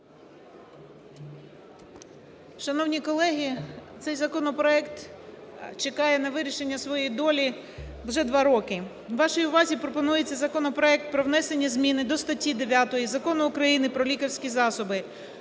Шановні колеги, цей законопроект чекає на вирішення своєї долі вже два роки. Вашій увазі пропонується законопроект про внесення зміни до статті 9 Закону України "Про лікарські засоби"